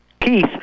Keith